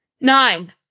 Nine